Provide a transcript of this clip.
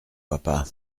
papa